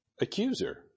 accuser